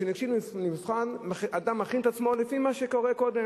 כשניגשים למבחן אדם מכין את עצמו לפי מה שקרה קודם,